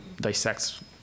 dissects